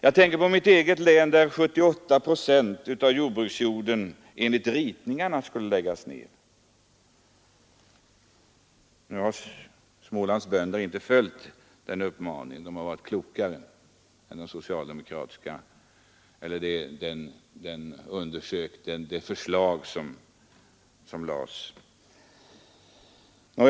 Jag tänker på mitt eget län där enligt ritningarna 78 procent av jordbruksjorden skulle läggas ned. Nu har Smålands bönder inte följt den uppmaningen — de har varit klokare än de som gjorde upp dessa ritningar.